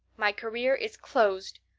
my career is closed.